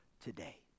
today